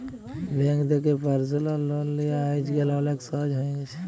bank থ্যাকে পার্সলাল লল লিয়া আইজকাল অলেক সহজ হ্যঁয়ে গেছে